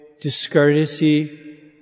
discourtesy